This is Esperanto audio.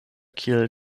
kiel